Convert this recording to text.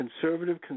conservative